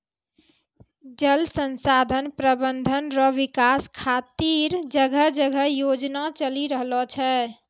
जल संसाधन प्रबंधन रो विकास खातीर जगह जगह योजना चलि रहलो छै